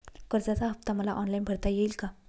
कर्जाचा हफ्ता मला ऑनलाईन भरता येईल का?